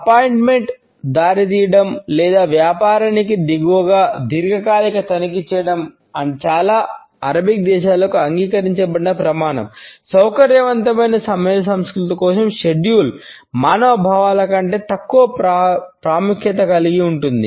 అపాయింట్మెంట్కు మానవ భావాల కంటే తక్కువ ప్రాముఖ్యత కలిగి ఉంటుంది